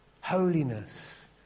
Holiness